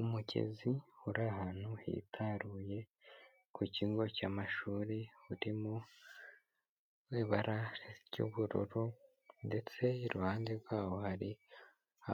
Umugezi uri ahantu hitaruye ku kigo cy'amashuri, uri mu ibara ry'ubururu ndetse iruhande rwawo hari